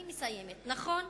נכון,